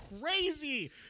crazy